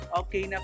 okay